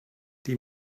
die